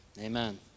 Amen